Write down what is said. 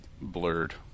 blurred